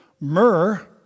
myrrh